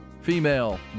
female